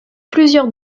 plusieurs